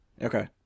Okay